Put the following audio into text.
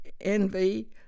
envy